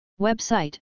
Website